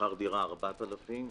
שכר דירה למשל של 4,000 שקל,